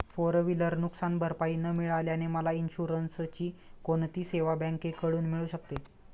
Four wheeler नुकसानभरपाई न मिळाल्याने मला इन्शुरन्सची कोणती सेवा बँकेकडून मिळू शकते?